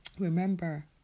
remember